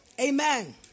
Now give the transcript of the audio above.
Amen